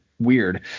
weird